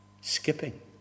skipping